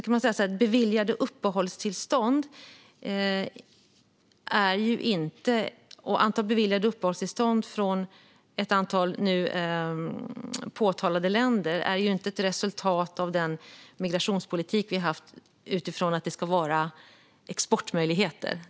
Antalet beviljade uppehållstillstånd för personer från ett antal nu nämnda länder är ju inte ett resultat av den migrationspolitik vi har haft utifrån att det ska vara exportmöjligheter.